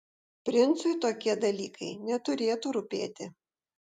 princui tokie dalykai neturėtų rūpėti